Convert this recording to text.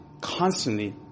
constantly